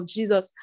Jesus